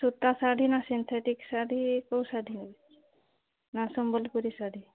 ସୂତା ଶାଢ଼ୀ ନା ସିନ୍ଥେଟିକ୍ ଶାଢ଼ୀ କେଉଁ ଶାଢ଼ୀ ନେବେ ନା ସମ୍ବଲପୁରୀ ଶାଢ଼ୀ